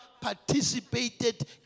participated